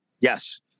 Yes